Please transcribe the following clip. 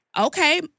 Okay